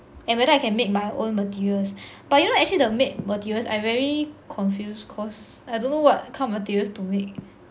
and whether I can make my own materials but you know actually the make materials I very confused cause I don't know what kind of materials to make